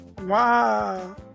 Wow